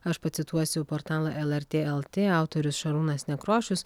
aš pacituosiu portalą lrt lt autorius šarūnas nekrošius